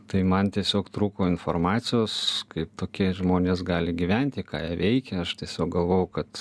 tai man tiesiog trūko informacijos kaip tokie žmonės gali gyventi ką jie veikia aš tiesiog galvojau kad